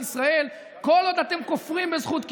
ישראל כל עוד אתם כופרים בזכות קיומנו.